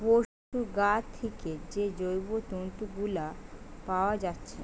পোশুর গা থিকে যে জৈব তন্তু গুলা পাআ যাচ্ছে